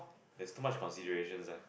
there's too much considerations eh